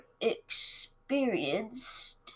experienced